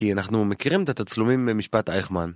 כי אנחנו מכירים את התצלומים במשפט אייכמן.